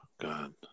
God